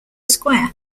square